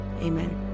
Amen